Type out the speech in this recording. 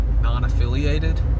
non-affiliated